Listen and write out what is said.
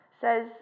says